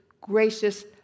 gracious